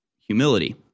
humility